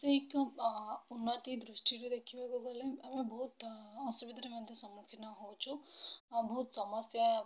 ବୈଷୟିକ ଉନ୍ନତି ଦୃଷ୍ଟିରେ ଦେଖିବାକୁ ଗଲେ ଆମେ ବହୁତ ଅସୁବିଧାରେ ମଧ୍ୟ ସମ୍ମୁଖୀନ ହେଉଛୁ ବହୁତ ସମସ୍ୟା